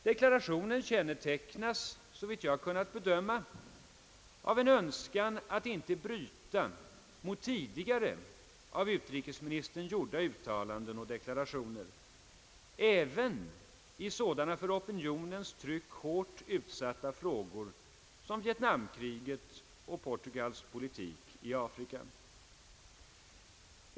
Deklarationen kännetecknas, såvitt jag har kunnat bedöma, av en önskan att inte bryta mot tidigare av utrikesministern gjorda uttalanden och deklarationer även i sådana för opinionens tryck hårt utsatta frågor som vietnamkriget och Portugals politik i Afrika.